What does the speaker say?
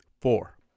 Four